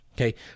Okay